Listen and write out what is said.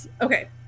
Okay